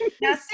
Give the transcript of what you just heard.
Now